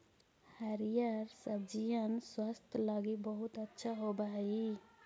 हरिअर सब्जिअन स्वास्थ्य लागी बहुत अच्छा होब हई